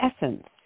essence